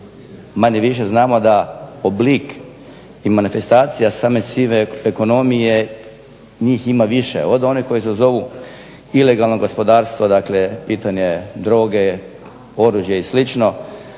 manje više znamo da oblik i manifestacija same sive ekonomije njih ima više od one koji se zovu ilegalno gospodarstvo. Dakle, pitanje droge, oružja i